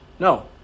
No